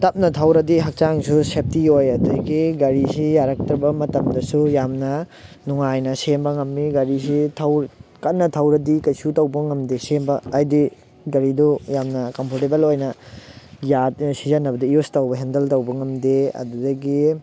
ꯇꯞꯅ ꯊꯧꯔꯗꯤ ꯍꯛꯆꯥꯡꯁꯨ ꯁꯦꯞꯇꯤ ꯑꯣꯏ ꯑꯗꯨꯗꯒꯤ ꯒꯥꯔꯤꯁꯤ ꯌꯥꯔꯛꯇ꯭ꯔꯕ ꯃꯇꯝꯗꯁꯨ ꯌꯥꯝꯅ ꯅꯨꯡꯉꯥꯏꯅ ꯁꯦꯝꯕ ꯉꯝꯃꯤ ꯒꯥꯔꯤꯁꯤ ꯀꯟꯅ ꯊꯧꯔꯗꯤ ꯀꯔꯤꯁꯨ ꯇꯧꯕ ꯉꯝꯗꯦ ꯁꯦꯝꯕ ꯍꯥꯏꯗꯤ ꯒꯥꯔꯤꯗꯨ ꯌꯥꯝꯅ ꯀꯝꯐꯣꯔꯇꯦꯕꯜ ꯑꯣꯏꯅ ꯁꯤꯖꯟꯅꯕꯗ ꯌꯨꯁ ꯇꯧꯕ ꯍꯦꯟꯗꯜ ꯇꯧꯕ ꯉꯝꯗꯦ ꯑꯗꯨꯗꯒꯤ